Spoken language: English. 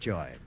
Joy